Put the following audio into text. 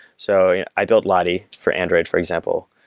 so i built lottie for android, for example.